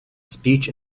speech